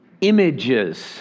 images